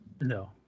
No